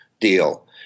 deal